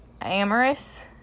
amorous